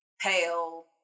pale